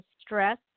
stress